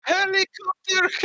Helicopter